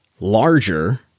larger